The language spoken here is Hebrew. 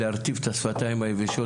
להרטיב את השפתיים היבשות,